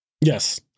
Yes